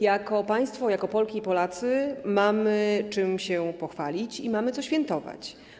Jako państwo, jako Polki i Polacy mamy czym się pochwalić i mamy co świętować.